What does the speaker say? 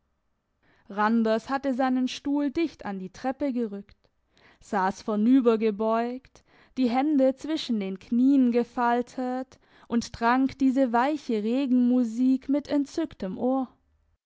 randers hatte seinen stuhl dicht an die treppe gerückt sass vornüber gebeugt die hände zwischen den knieen gefaltet und trank diese weiche regenmusik mit entzücktem ohr